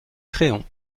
créon